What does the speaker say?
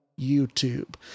YouTube